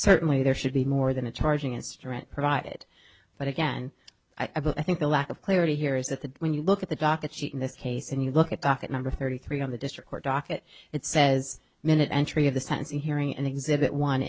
certainly there should be more than a charging instrument provided but again i think the lack of clarity here is that the when you look at the docket sheet in this case and you look at docket number thirty three on the district court docket it says minute entry of the sentencing hearing and exhibit